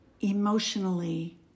emotionally